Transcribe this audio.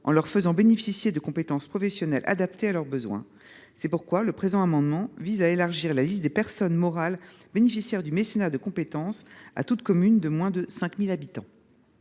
en les faisant bénéficier de compétences professionnelles adaptées à leurs besoins. C’est pourquoi le présent amendement de ma collègue Vanina Paoli Gagin vise à élargir la liste des personnes morales bénéficiaires du mécénat de compétences à toute commune de moins de 5 000 habitants.